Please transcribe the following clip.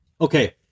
Okay